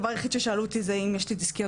הדבר היחיד ששאלו אותי זה אם יש לי דסקיות